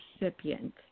recipient